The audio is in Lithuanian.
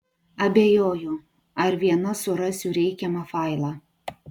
abejoju ar viena surasiu reikiamą failą